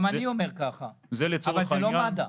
גם אני אומר ככה, אבל זה לא מד"א.